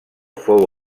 fou